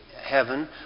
heaven